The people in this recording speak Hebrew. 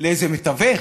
לאיזה מתווך?